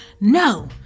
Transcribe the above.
No